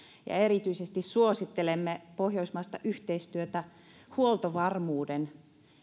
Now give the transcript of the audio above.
ja suosittelemme pohjoismaista yhteistyötä erityisesti huoltovarmuuden